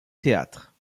théâtre